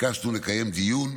ביקשנו לקיים דיון,